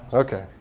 ok,